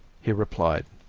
he replied